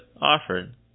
offered